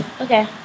Okay